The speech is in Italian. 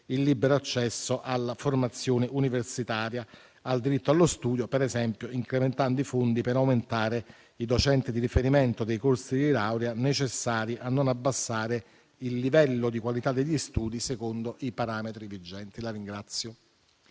il libero accesso alla formazione universitaria e al diritto allo studio, per esempio incrementando i fondi per aumentare i docenti di riferimento dei corsi di laurea necessari a non abbassare il livello di qualità degli studi secondo i parametri vigenti. PRESIDENTE.